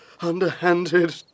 underhanded